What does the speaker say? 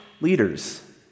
leaders